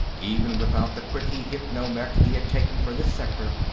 even without the quickie hypno-mech he had taken for this sector,